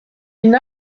une